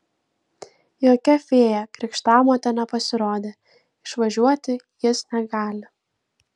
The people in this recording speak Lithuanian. jokia fėja krikštamotė nepasirodė išvažiuoti jis negali